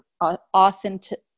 authentic